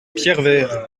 pierrevert